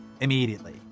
immediately